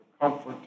comfort